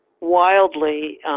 wildly